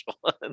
one